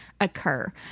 occur